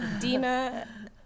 dina